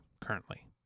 currently